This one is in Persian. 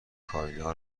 کایلا